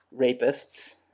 rapists